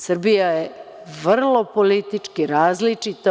Srbija je vrlo politički različita.